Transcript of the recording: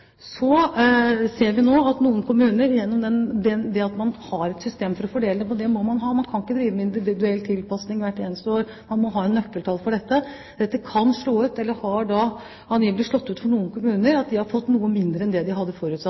et system for å fordele det – for det må man ha, man kan ikke drive en individuell tilpasning hvert eneste år, man må ha et nøkkeltall for dette – for noen kommuner angivelig har slått ut slik at de har fått noe mindre enn at de hadde forutsatt.